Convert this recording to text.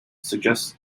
suggests